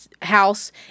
house